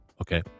Okay